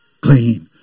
clean